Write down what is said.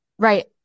Right